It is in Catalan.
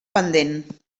pendent